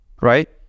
Right